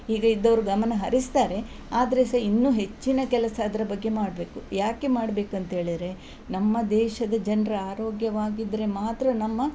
ಈಗ ಇದ್ದವ್ರು ಗಮನ ಹರಿಸ್ತಾರೆ ಆದರೆ ಸಹ ಇನ್ನೂ ಹೆಚ್ಚಿನ ಕೆಲಸ ಅದರ ಬಗ್ಗೆ ಮಾಡಬೇಕು ಯಾಕೆ ಮಾಡಬೇಕಂತೇಳಿರೆ ನಮ್ಮ ದೇಶದ ಜನ ಆರೋಗ್ಯವಾಗಿದ್ದರೆ ಮಾತ್ರ ನಮ್ಮ